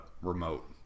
remote